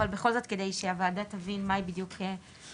אבל בכל זאת כדי שהוועדה תבין מה היא בדיוק מאריכה,